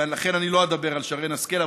ולכן אני לא אדבר על שרן השכל.